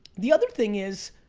the other thing is,